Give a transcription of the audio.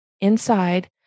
inside